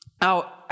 Now